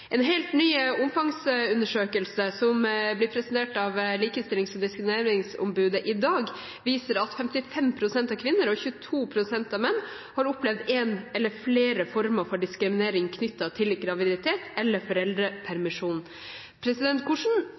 En helt ny omfangsundersøkelse som blir presentert av Likestillings- og diskrimineringsombudet i dag, viser at 55 pst. av kvinner og 22 pst. av menn har opplevd én eller flere former for diskriminering knyttet til graviditet eller foreldrepermisjon. Hvordan